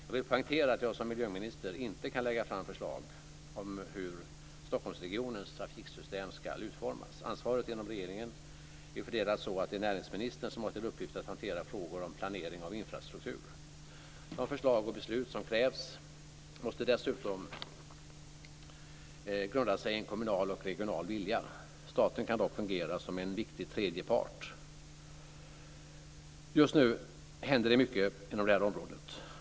Jag vill poängtera att jag som miljöminister inte kan lägga fram förslag om hur Stockholmsregionens trafiksystem ska utformas. Ansvaret inom regeringen är fördelat så att det är näringsministern som har till uppgift att hantera frågor om planering av infrastruktur. De förslag och beslut som krävs måste dessutom grunda sig i en kommunal och regional vilja. Staten kan dock fungera som en viktig tredje part. Just nu händer det mycket inom det här området.